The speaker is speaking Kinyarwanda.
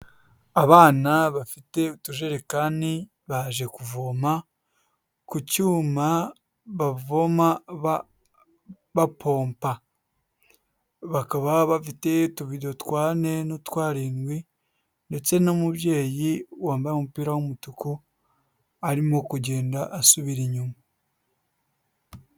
Abana bafite utujerekani baje kuvoma ku cyuma bavoma bapompa, bakaba bafite utubido twa ane n'utwarindwi, ndetse n'umubyeyi wambaye umupira w'umutuku arimo kugenda asubira inyuma.